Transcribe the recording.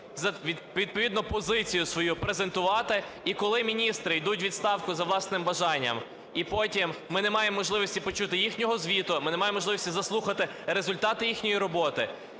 відповідну позицію свою презентувати. І коли міністри йдуть у відставку за власним бажанням і потім ми не маємо можливості почути їхнього звіту, ми не маємо можливості заслухати результати їхньої роботи,